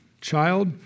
Child